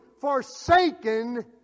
forsaken